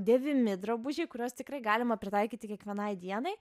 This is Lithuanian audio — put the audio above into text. dėvimi drabužiai kuriuos tikrai galima pritaikyti kiekvienai dienai